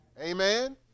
amen